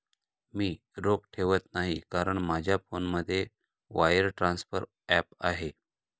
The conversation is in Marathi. मी रोख ठेवत नाही कारण माझ्या फोनमध्ये वायर ट्रान्सफर ॲप आहे